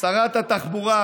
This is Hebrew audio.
שרת התחבורה,